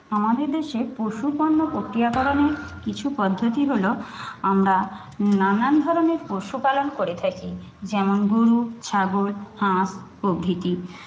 আমাদের দেশে পশু পণ্য প্রক্রিয়াকরণের কিছু পদ্ধতি হলো আমরা নানান ধরণের পশুপালন করে থাকি যেমন গরু ছাগল হাঁস প্রভৃতি